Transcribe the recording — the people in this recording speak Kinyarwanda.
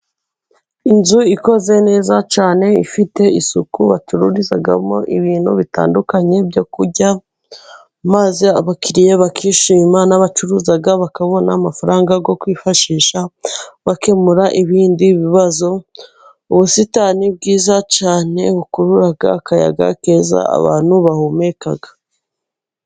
Inzu ikoze neza cyane ifite isuku, bacururizamo ibintu bitandukanye byo kurya, maze abakiriya bakishima, n'abacuruza bakabona amafaranga yo kwifashisha bakemura ibindi bibazo. Ubusitani bwiza cyane bukurura akayaga keza abantu bahumeka.